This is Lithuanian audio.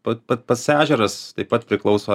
pat pat pats ežeras taip pat priklauso